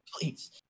please